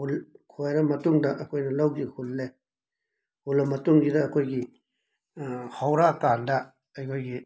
ꯈꯨ ꯈꯣꯏꯔ ꯃꯇꯨꯡꯗ ꯑꯩꯈꯣꯏꯅ ꯂꯧꯁꯤ ꯍꯨꯜꯂꯦ ꯍꯨꯜꯂ ꯃꯇꯨꯡꯁꯤꯗ ꯑꯩꯈꯣꯏꯒꯤ ꯍꯧꯔ ꯀꯥꯟꯗ ꯑꯩꯈꯣꯏꯒꯤ